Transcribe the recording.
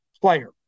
player